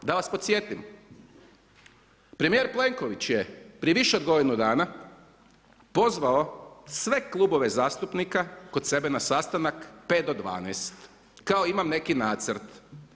Da vas podsjetim, premijer Plenković je prije više od godinu dana pozvao sve klubove zastupnika kod sebe sastanak 5 do 12, kao imam neki nacrt.